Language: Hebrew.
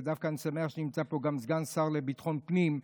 ודווקא אני שמח שנמצא פה גם סגן השר לביטחון פנים,